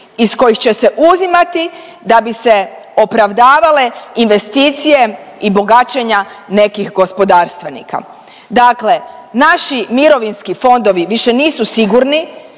iz kojih će se uzimati da bi se opravdavale investicije i bogaćenja nekih gospodarstvenika. Dakle naši mirovinski fondovi više nisu sigurni